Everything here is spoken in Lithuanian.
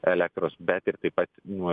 elektros bet ir taip pat nuo